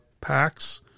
packs